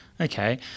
Okay